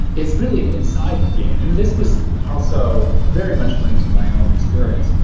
is really an inside game. and this was also very much linked to my own experience.